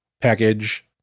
package